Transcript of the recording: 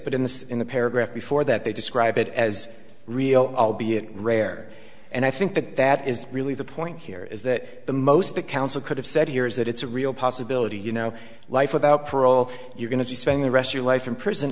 but in this in the paragraph before that they describe it as real albeit rare and i think that that is really the point here is that the most that counsel could have said here is that it's a real possibility you know life without parole you're going to spend the rest your life in prison